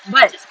but